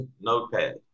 notepad